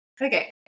Okay